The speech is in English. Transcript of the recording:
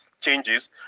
changes